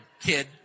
kid